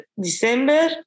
December